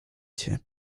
cię